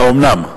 האומנם?